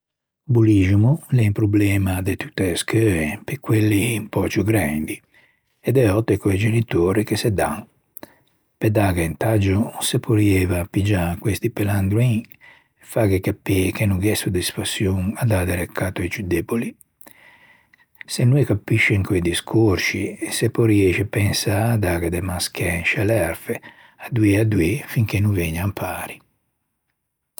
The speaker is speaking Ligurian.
O bolliximo o l'é un problema de tutte e scheue pe quelli un pö ciù grendi e de òtte co-i genitori che se dan. Pe dâghe un taggio se porrieiva piggiâ questi pelandroin, fâghe capî che no gh'é soddisfaçion à dâ de reccatto a-i ciù deboli. Se no e capiscien co-i descorsci se poriæ pensâ a daghe de mascæ in scê lerfe, a doî a doî finché no vegna pari.